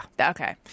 Okay